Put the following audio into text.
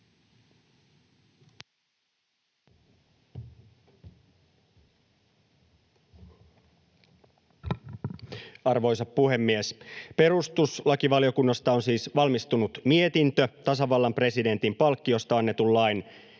Arvoisa puhemies! Perustuslakivaliokunnasta on siis valmistunut mietintö tasavallan presidentin palkkiosta annetun lain